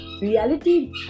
reality